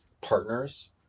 partners